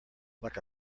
like